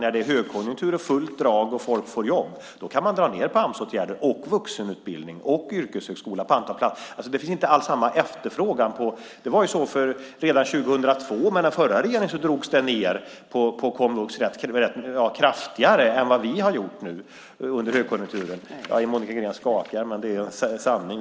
När det är högkonjunktur, fullt drag och folk får jobb kan man dra ned på Amsåtgärder, vuxenutbildning och yrkesskola. Då finns inte alls samma efterfrågan. Det var så redan 2002. Redan under den förra regeringen drogs det ned på komvux, och kraftigare än vad vi har gjort, under högkonjunkturen. Monica Green skakar på huvudet, men det är sanning.